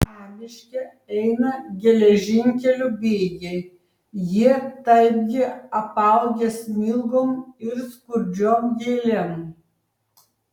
pamiške eina geležinkelio bėgiai jie taipgi apaugę smilgom ir skurdžiom gėlėm